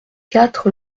quatre